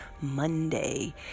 Monday